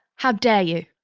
how dare you